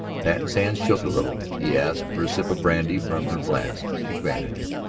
patten's hands shook a little he asked for a sip of brandy from her flask. she granted it,